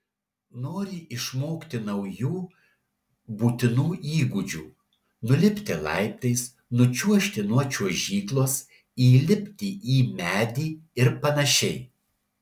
nori išmokti naujų būtinų įgūdžių nulipti laiptais nučiuožti nuo čiuožyklos įlipti į medį ir panašiai